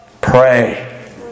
Pray